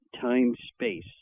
time-space